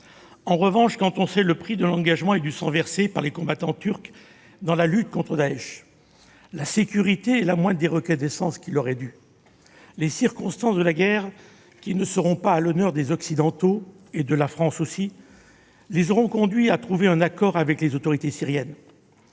affirmation. Quand on sait le prix de l'engagement et du sang versé par les combattants kurdes dans la lutte contre Daech, la sécurité est la moindre des marques de reconnaissance qui leur sont dues. Les circonstances de la guerre, qui ne sont pas à l'honneur des Occidentaux, Français compris, auront conduit les Kurdes à trouver un accord avec les autorités syriennes.